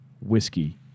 whiskey